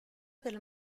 del